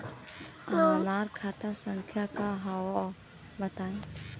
हमार खाता संख्या का हव बताई?